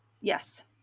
Yes